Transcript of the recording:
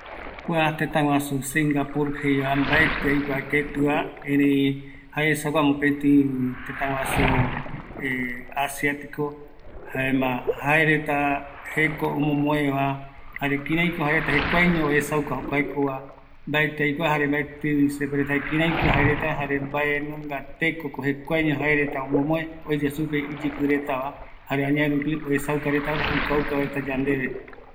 ﻿Kua tëtäguaju singapur jeeva, mbaetɨ aikua ketɨva, erei jaesagua mopeti tëtaguasu asiatiko jaema jaereta jeko omomoeva, jare kiraiko jaereta oesauka kiraiko jekova, mbati aikua jare mbaetivi aikua kiraiko jaereta, jare mbaeunga trekoko jekuaeño jaereta omomoe, oeya supe iyipi retava, jare añerupi oesaukareta jare oikuauka reta yandeve